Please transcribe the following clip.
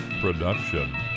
production